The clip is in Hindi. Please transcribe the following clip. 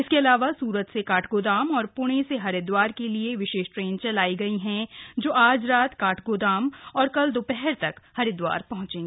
इसके अलावा सूरत से काठगोदाम और पुणे से हरिद्वार के लिए विशेष ट्रेन चलाई गई हैं जो आज रात काठगोदाम और कल दोपहर तक हरिद्वार पहंचेंगी